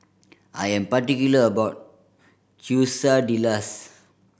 I am particular about Quesadillas